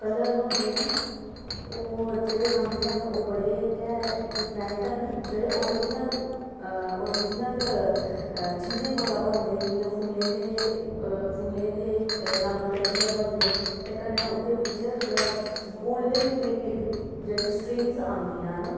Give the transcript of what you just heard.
colours होंदे न ओह् जेह्ड़े रंग न ओह् बड़े गै डिफरेंट न जेह्ड़े ओरिज़नल ओरिज़नल चीज़ें कोला बनदे जियां फुल्लें दे फुल्लें दे रंग कड्ढियै बनदे ते कन्नै ओह्दे बिच जेह्ड़ा गोल्डन प्लेटिड जेह्ड़ी स्टीलज़ आंदियां न